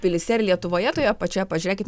pilyse ir lietuvoje toje pačioje pažiūrėkit